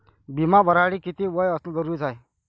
बिमा भरासाठी किती वय असनं जरुरीच हाय?